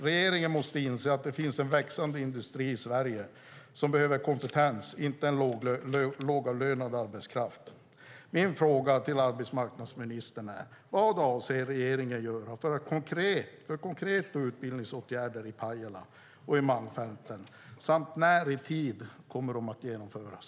Regeringen måste inse att det finns en växande industri i Sverige som behöver kompetens, inte lågavlönad arbetskraft. Min fråga till arbetsmarknadsministern är: Vilka konkreta utbildningsåtgärder avser regeringen att genomföra i Pajala och Malmfälten, och när kommer de att genomföras?